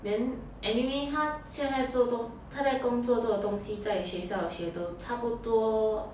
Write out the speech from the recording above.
then anyway 她现在做中她在工作的东西在学校学都差不多